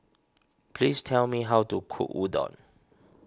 please tell me how to cook Udon